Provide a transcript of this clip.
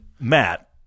Matt